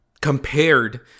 compared